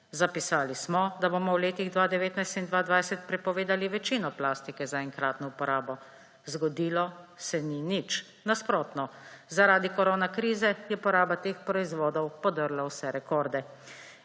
Zapisali smo, da bomo v letih 2019 in 2020 prepovedali večino plastike za enkratno uporabo. Zgodilo se ni nič. Nasprotno, zaradi koronakrize je poraba teh proizvodov podrla vse rekorde.